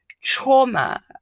trauma